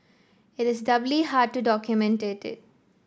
it is doubly hard to document it